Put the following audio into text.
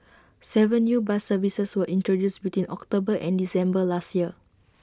Seven new bus services were introduced between October and December last year